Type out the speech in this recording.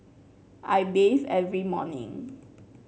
I bathe every morning